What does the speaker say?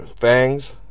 fangs